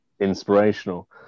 inspirational